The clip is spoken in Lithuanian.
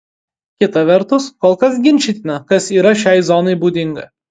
kita vertus kol kas ginčytina kas yra šiai zonai būdinga